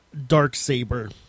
Darksaber